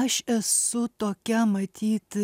aš esu tokia matyt